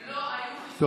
לא היו חיסונים אז.